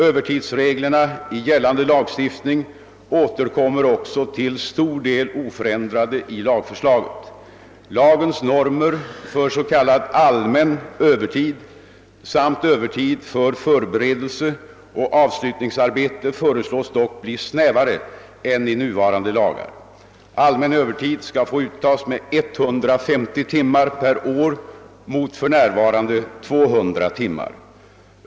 Övertidsreglerna i gällande lagstiftning återkommer också till stor del oförändrade i lagförslaget. Lagens normer för s.k. allmän övertid samt övertid för förberedelseoch avslutningsarbete föreslås dock bli snävare än i nuvarande lagar. Allmän övertid skall få uttas med 150 timmar per år mot för närvarande 200 timmar.